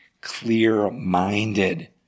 clear-minded